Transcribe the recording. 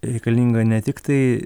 reikalinga ne tiktai